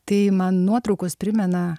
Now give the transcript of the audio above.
tai man nuotraukos primena